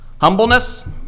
Humbleness